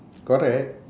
correct